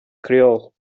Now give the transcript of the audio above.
creole